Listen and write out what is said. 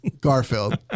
garfield